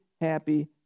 happy